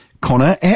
Connor